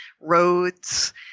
roads